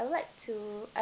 I like to I